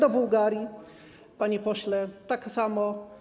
Co do Bułgarii, panie pośle, tak samo.